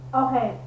okay